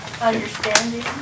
Understanding